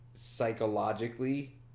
psychologically